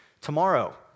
tomorrow